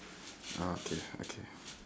ah K okay